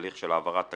הליך של העברת תקציב,